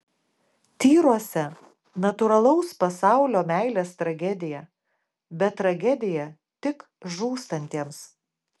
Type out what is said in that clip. tyruose natūralaus pasaulio meilės tragedija bet tragedija tik žūstantiems